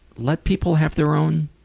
let people have their own